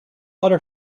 other